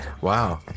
wow